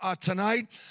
tonight